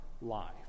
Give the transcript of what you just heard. life